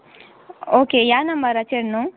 okay ह्या नंबराचेर न्हू